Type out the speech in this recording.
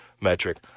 metric